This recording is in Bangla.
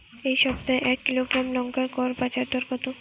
এই সপ্তাহে এক কিলোগ্রাম লঙ্কার গড় বাজার দর কত?